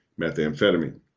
methamphetamine